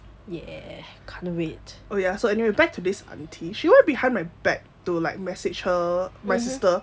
oh ya so anyway back to this aunty she went behind my back to like message her my sister